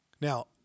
Now